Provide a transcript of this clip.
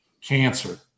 cancer